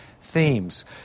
themes